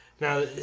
Now